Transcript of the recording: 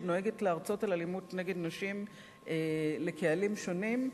שנוהגת להרצות על אלימות נגד נשים לקהלים שונים,